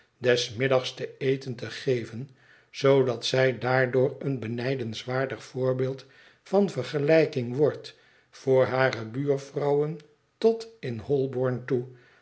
des middags te eten te geven zoodat zij daardoor een benijdenswaardig voorbeeld van vergelijking wordt voor hare buurvrouwen tot in holborn toe